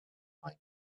mine